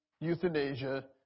euthanasia